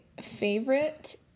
favorite